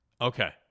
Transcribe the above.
okay